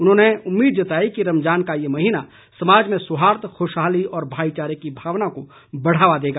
उन्होंने उम्मीद जताई कि रमजान का ये महीना समाज में सौहार्द खुशहाली और भाईचारे की भावना को बढ़ावा देगा